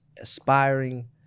aspiring